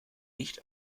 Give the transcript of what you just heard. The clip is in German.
nicht